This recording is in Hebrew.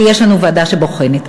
ויש לנו ועדה שבוחנת.